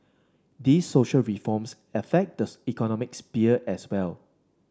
these social reforms affect this economic sphere as well